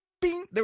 Bing